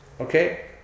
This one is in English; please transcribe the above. Okay